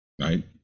right